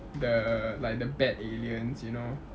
the like the bad aliens you know